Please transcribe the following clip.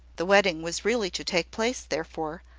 the wedding was really to take place, therefore,